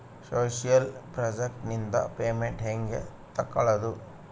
Social project ನಿಂದ payment ಹೆಂಗೆ ತಕ್ಕೊಳ್ಳದು?